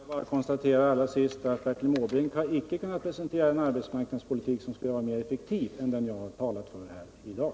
Herr talman! Jag konstaterar allra sist att Bertil Måbrink icke har kunnat presentera en arbetsmarknadspolitik som skulle vara mer effektiv än den jag talar för här i dag.